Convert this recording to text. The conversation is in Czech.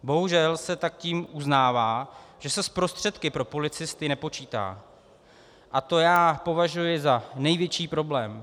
Bohužel se tak tím uznává, že se s prostředky pro policisty nepočítá, a to já považuji za největší problém.